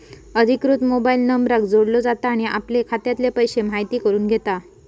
अधिकृत मोबाईल नंबराक जोडलो जाता आणि आपले खात्यातले पैशे म्हायती करून घेता